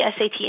SAT